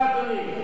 תודה, אדוני.